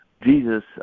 Jesus